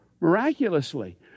miraculously